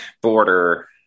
border